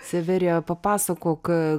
severija papasakok ką